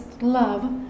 love